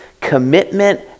commitment